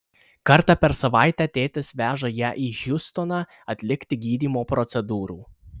kartą per savaitę tėtis veža ją į hjustoną atlikti gydymo procedūrų